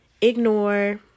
ignore